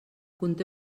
conté